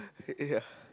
ya